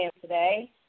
today